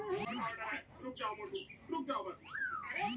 শীতের মরসুম কি চাষ করিবার উপযোগী?